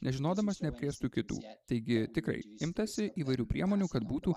nežinodamas neapkrėstų kitų taigi tikrai imtasi įvairių priemonių kad būtų